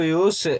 use